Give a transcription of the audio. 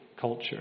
culture